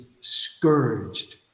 scourged